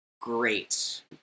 great